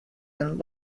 and